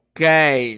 Okay